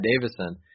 Davison